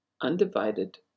undivided